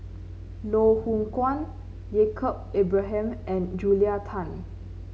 Loh Hoong Kwan Yaacob Ibrahim and Julia Tan